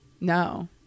No